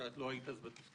שאת לא היית אז בתפקיד,